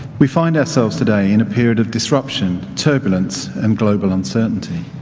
we find ourselves today in a period of disruption, turbulence and global uncertainty.